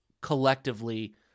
collectively